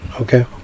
okay